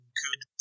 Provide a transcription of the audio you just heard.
good